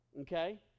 Okay